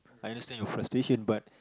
I understand your frustration but